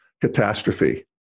catastrophe